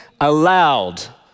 aloud